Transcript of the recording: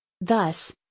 Thus